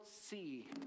see